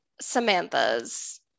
Samantha's